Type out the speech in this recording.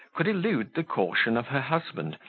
could elude the caution of her husband,